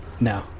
No